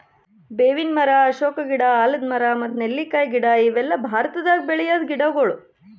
ಬೇವಿನ್ ಮರ, ಅಶೋಕ ಗಿಡ, ಆಲದ್ ಮರ ಮತ್ತ್ ನೆಲ್ಲಿಕಾಯಿ ಗಿಡ ಇವೆಲ್ಲ ಭಾರತದಾಗ್ ಬೆಳ್ಯಾದ್ ಗಿಡಗೊಳ್